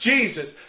Jesus